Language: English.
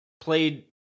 played